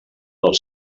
del